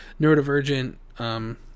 neurodivergent